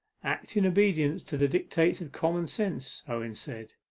act in obedience to the dictates of common-sense, owen said,